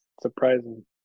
surprising